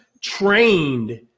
trained